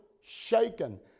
shaken